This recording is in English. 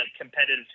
competitive